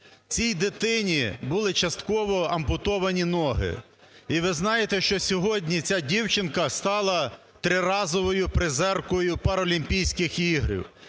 Цій дитині були частково ампутовані ноги. І ви знаєте, що сьогодні ця дівчинка стала триразовою призеркою Паралімпійських ігор.